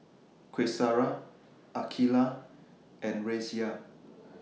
Qaisara Aqilah and Raisya